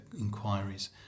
inquiries